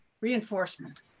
reinforcement